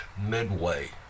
Midway